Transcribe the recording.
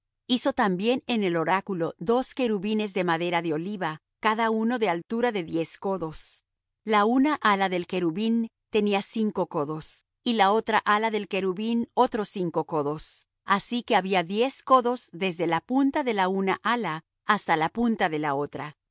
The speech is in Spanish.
hizo también en el oráculo dos querubines de madera de oliva cada uno de altura de diez codos la una ala del querubín tenía cinco codos y la otra ala del querubín otros cinco codos así que había diez codos desde la punta de la una ala hasta la punta de la otra